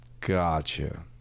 Gotcha